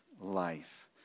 life